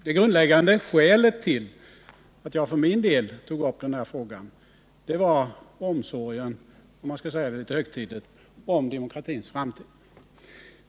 Det grundläggande skälet till att jag tog upp denna fråga var — om jag skall uttrycka det litet högtidligt — omsorgen om demokratins framtid.